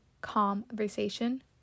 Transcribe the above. Conversation